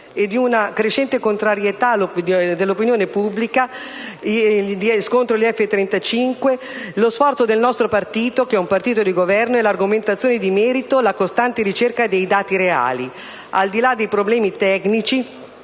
e di una crescente contrarietà dell'opinione pubblica rispetto al programma F-35, lo sforzo del nostro partito, che è un partito di Governo, è l'argomentazione di merito, la costante ricerca dei dati reali. Al di là dei problemi tecnici,